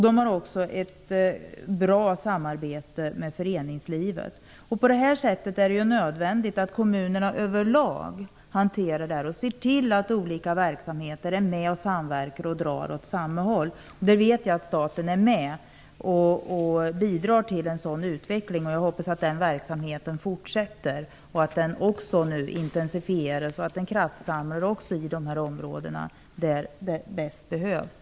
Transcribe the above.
De har också ett bra samarbete med föreningslivet. Det är nödvändigt att kommunerna över lag hanterar detta på det här sättet och ser till att olika verksamheter är med och samverkar och drar åt samma håll. Jag vet att staten bidrar till en sådan utveckling. Jag hoppas att den verksamheten fortsätter och att den intensifieras och samlar resurser i de områden där de bäst behövs.